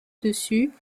dessus